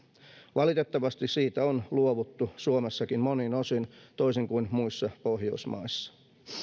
valitettavasti siitä on luovuttu suomessakin monin osin toisin kuin muissa pohjoismaissa